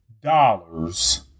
Dollars